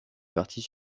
parties